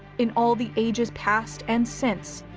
in all the ages past and since,